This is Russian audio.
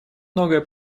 многое